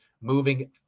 moving